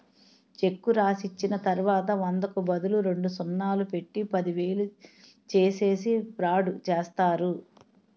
చెక్కు రాసిచ్చిన తర్వాత వందకు బదులు రెండు సున్నాలు పెట్టి పదివేలు చేసేసి ఫ్రాడ్ చేస్తారు